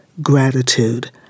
gratitude